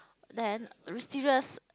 then serious